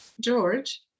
George